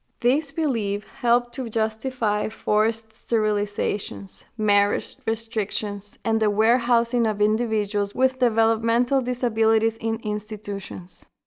this believe helped to justify forest sterilizations, marriage restrictions, and the warehousing of individuals with developmental disabilities in institutions.